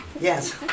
Yes